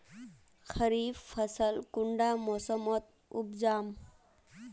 खरीफ फसल कुंडा मोसमोत उपजाम?